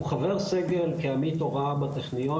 הוא חבר סגל כעמית הוראה בטכניון,